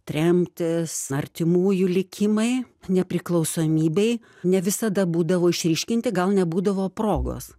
tremtys artimųjų likimai nepriklausomybėj ne visada būdavo išryškinti gal nebūdavo progos